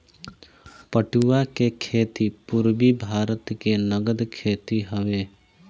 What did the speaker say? पटुआ के खेती पूरबी भारत के नगद खेती हवे